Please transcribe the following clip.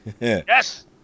Yes